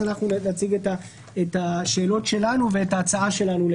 אנחנו נציג את השאלות שלנו ואת ההצעה שלנו.